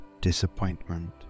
disappointment